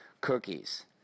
cookies